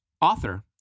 author